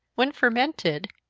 when fermented,